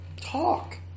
talk